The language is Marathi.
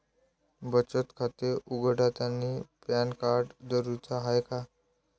बचत खाते उघडतानी पॅन कार्ड जरुरीच हाय का?